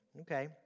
Okay